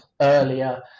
earlier